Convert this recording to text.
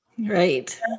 Right